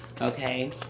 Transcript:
Okay